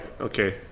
okay